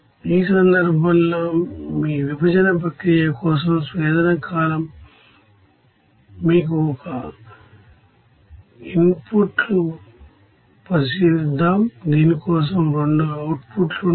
ఈ సందర్భంలో మీ సెపరేషన్ ప్రాసెస్ కోసం డిస్టిల్లషన్ కాలమ్ మీ ఒక ఇన్పుట్ను పరిశీలిద్దాం దీని కోసం 2 అవుట్పుట్లు ఉంటాయి